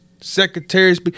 secretaries